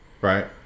right